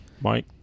Mike